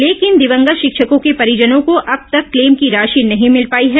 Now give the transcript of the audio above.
लेकिन दिवंगत शिक्षकों के परिजनों को अब तक क्लेम की राशि नहीं मिल पाई है